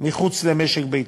מחוץ למשק-ביתו.